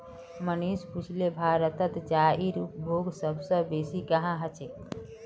मनीष पुछले भारतत चाईर उपभोग सब स बेसी कुहां ह छेक